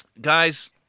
guys